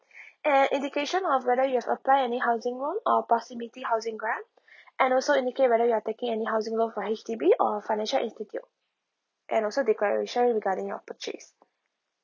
and indication of whether you have apply any housing loan or possibility housing grant and also indicate whether you are taking any housing loan for H_D_B or financial institute and also declaration regarding your purchase